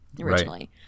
originally